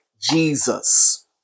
Jesus